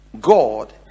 god